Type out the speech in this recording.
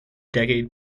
decade